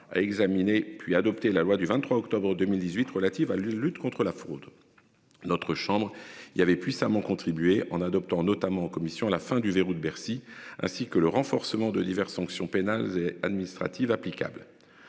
à examiner puis adopté la loi du 23 octobre 2018, relative à la lutte contre la fraude. Notre chambre, il y avait puissamment contribué en adoptant notamment commission à la fin du verrou de Bercy, ainsi que le renforcement de diverses sanctions pénales et administratives applicables.